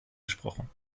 gesprochen